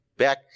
back